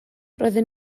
roedden